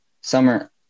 Summer